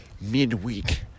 midweek